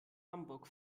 hamburg